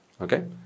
Okay